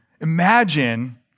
Imagine